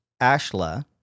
Ashla